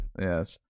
Yes